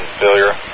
failure